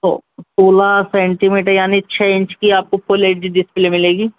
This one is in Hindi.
सौ सोला सेंटीमीटर यानी छः इंच की आप को फ़ुल एच डी डिसप्ले मिलेगी